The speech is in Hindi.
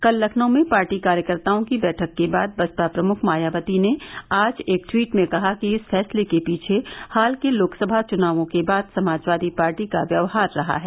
कल लखनऊ में पार्टी कार्यकर्ताओं की बैठक के बाद बसपा प्रमुख मायावती ने आज एक ट्वीट में कहा कि इस फैसले के पीछे हाल के लोकसभा चुनावों के बाद समाजवादी पार्टी का व्यवहार रहा है